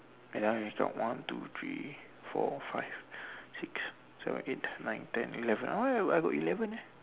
ya he's got one two three four five six seven eight nine ten eleven ah ya I got I got eleven leh